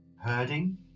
herding